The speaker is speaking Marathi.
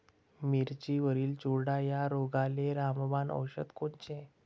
मिरचीवरील चुरडा या रोगाले रामबाण औषध कोनचे?